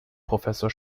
professor